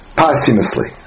posthumously